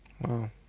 Wow